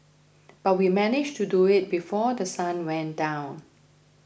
but we managed to do it before The Sun went down